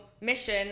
mission